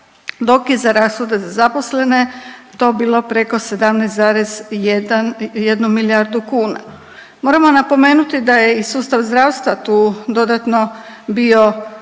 dok je za rashode za zaposlene to bilo preko 17,1 milijardu kuna. Moramo napomenuti da je i sustav zdravstva tu dodatno bio,